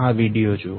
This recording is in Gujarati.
આ વિડિયો જુઓ